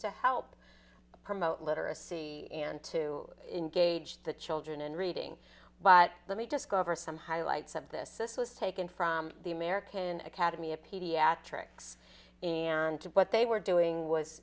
to help promote literacy and to engage the children in reading but let me just go over some highlights of this this was taken from the american academy of pediatrics and to but they were doing was